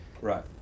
right